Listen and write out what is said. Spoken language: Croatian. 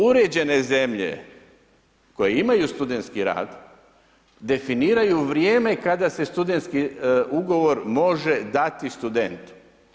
Uređenje zemlje koje imaju studentski rad, definiraju vrijeme kada se studenti ugovor može dati studentu.